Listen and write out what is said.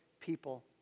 people